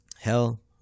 hell